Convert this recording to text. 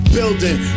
Building